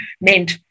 meant